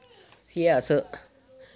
फ्ही अस